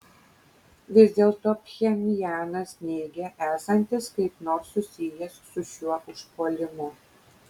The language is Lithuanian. vis dėlto pchenjanas neigia esantis kaip nors susijęs su šiuo užpuolimu